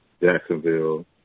Jacksonville